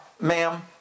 ma'am